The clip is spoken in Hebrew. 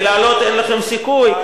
כי לעלות אין לכם סיכוי,